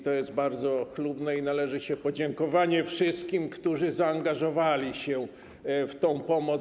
To jest bardzo chlubne i należy się podziękowanie wszystkim, którzy zaangażowali się w tę pomoc.